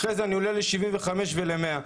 עולה ל-75 ול-100.